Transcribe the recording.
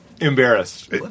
embarrassed